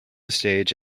stage